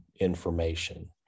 information